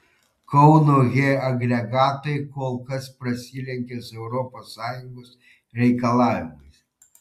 kauno he agregatai kol kas prasilenkia su europos sąjungos reikalavimais